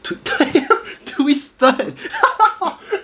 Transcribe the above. twisted